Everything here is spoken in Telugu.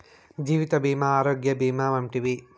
జీవిత భీమా ఆరోగ్య భీమా వంటివి